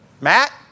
Matt